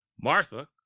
Martha